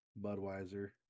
Budweiser